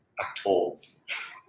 actors